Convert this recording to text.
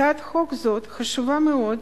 זו הצעת חוק חשובה מאוד,